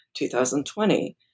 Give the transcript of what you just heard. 2020